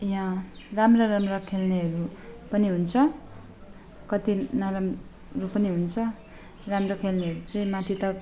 यहाँ राम्रा राम्रा खेल्नेहरू पनि हुन्छ कति नराम्रो पनि हुन्छ राम्रो खेल्नेहरू चाहिँ माथि तक